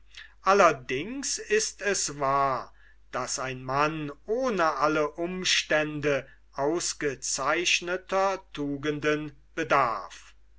allerdings ist es wahr daß ein mann ohne alle umstände ausgezeichneter tugenden bedarf